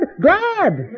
glad